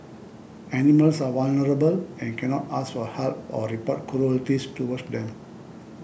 animals are vulnerable and can not ask for help or report cruelties towards them